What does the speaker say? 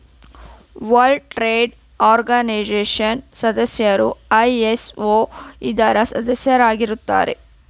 world trade organisation ಸದಸ್ಯರು ISO ಇದರ ಸದಸ್ಯರಾಗಿರುತ್ತಾರೆ